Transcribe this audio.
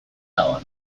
ahoan